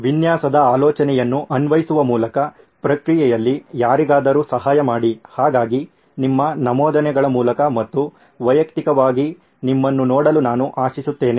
ವಿನ್ಯಾಸದ ಆಲೋಚನೆಯನ್ನು ಅನ್ವಯಿಸುವ ಮೂಲಕ ಪ್ರಕ್ರಿಯೆಯಲ್ಲಿ ಯಾರಿಗಾದರೂ ಸಹಾಯ ಮಾಡಿ ಹಾಗಾಗಿ ನಿಮ್ಮ ನಮೂದನೆಗಳ ಮೂಲಕ ಮತ್ತು ವೈಯಕ್ತಿಕವಾಗಿ ನಿಮ್ಮನ್ನು ನೋಡಲು ನಾನು ಆಶಿಸುತ್ತೇನೆ